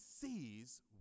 sees